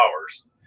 hours